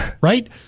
right